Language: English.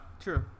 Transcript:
true